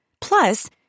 plus